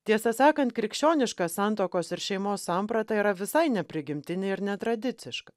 tiesą sakant krikščioniška santuokos ir šeimos samprata yra visai ne prigimtinė ir netradiciška